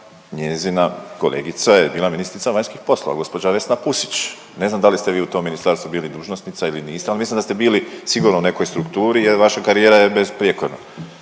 Njezina kolegica je bila ministrica vanjskih poslova gospođa Vesna Pusić. Ne znam da li ste vi u tom ministarstvu bili dužnosnica ili niste, ali mislim da ste bili sigurno u nekoj strukturi, jer vaša karijera je besprijekorna.